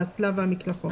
האסלה והמקלחון.